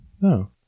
no